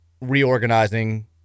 reorganizing